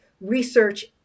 Research